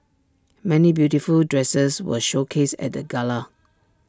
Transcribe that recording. many beautiful dresses were showcased at the gala